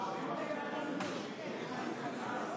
היושב-ראש, חברי הכנסת,